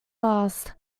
last